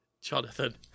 Jonathan